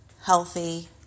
healthy